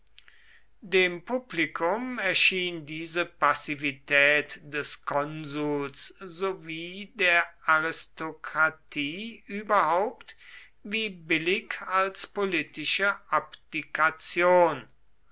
dem publikum erschien diese passivität des konsuls sowie der aristokratie überhaupt wie billig als politische